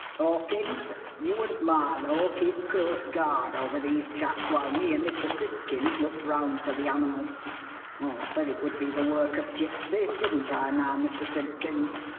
hawkins, you and marlow keep close guard over these chaps while me and mr. simpkins looks round for the animal. i said it would be the work of gypsies, didn't i now, mr. simpkins?